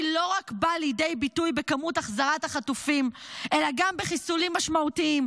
לא בא לידי ביטוי רק בהיקף החזרת החטופים אלא גם בחיסולים משמעותיים,